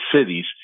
cities